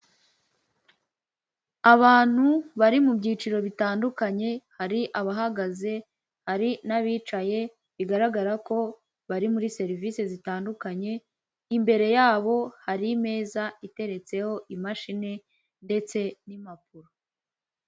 Abantu bari mu byiciro bitandukanye, hari abahagaze, hari n'abicaye, bigaragara ko bari muri serivise zitandukanye, imbere yabo hari imeza iteretseho imashine ndetse n'impapuro.